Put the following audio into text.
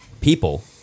people